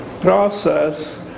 process